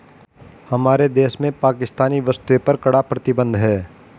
हमारे देश में पाकिस्तानी वस्तुएं पर कड़ा प्रतिबंध हैं